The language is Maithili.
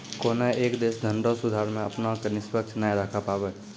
कोनय एक देश धनरो सुधार मे अपना क निष्पक्ष नाय राखै पाबै